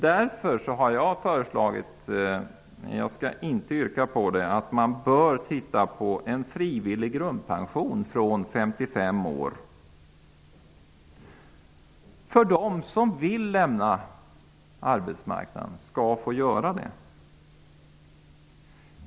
Därför har jag föreslagit -- men jag skall inte ställa något yrkande -- att man skall införa en frivillig grundpension från 55 års ålder, så att de som vill lämna arbetsmarknaden kan få göra det.